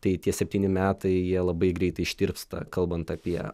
tai tie septyni metai jie labai greitai ištirpsta kalbant apie